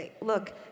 look